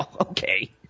okay